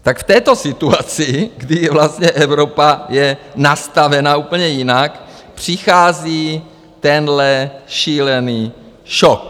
Tak v této situaci, kdy vlastně Evropa je nastavena úplně jinak, přichází tenhle šílený šok.